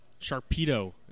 Sharpedo